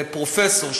פרופסור,